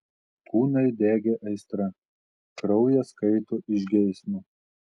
kūnai degė aistra kraujas kaito iš geismo